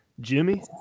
Jimmy